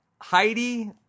Heidi